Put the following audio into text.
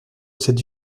cette